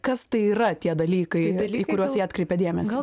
kas tai yra tie dalykai į kuriuos jie atkreipia dėmesį